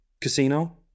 Casino